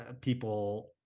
People